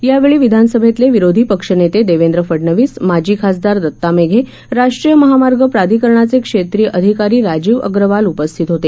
यावेळी विधानसभेतले विरोधी पक्षनेते देवेंद्र फडनवीस माजी खासदार दत्ता मेघे राष्ट्रीय महामार्ग प्राधिकरणाचे क्षेत्रीय अधिकारी राजीव अग्रवाल उपस्थित होते